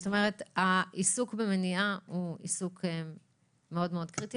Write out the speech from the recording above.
זאת אומרת: העיסוק במניעה הוא עיסוק מאוד-מאוד קריטי.